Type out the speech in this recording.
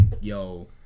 yo